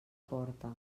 porta